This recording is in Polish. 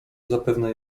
zapewne